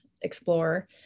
explore